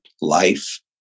life